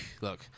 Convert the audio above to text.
look